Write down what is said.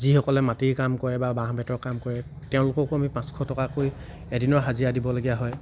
যিসকলে মাটিৰ কাম কৰে বা বাঁহ বেতৰ কাম কৰে তেওঁলোককো আমি পাঁচশ টকাকৈ এদিনৰ হাজিৰা দিবলগীয়া হয়